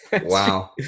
wow